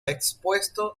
expuesto